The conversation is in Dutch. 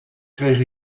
kreeg